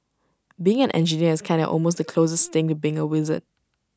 being an engineer is kinda almost the closest thing to being A wizard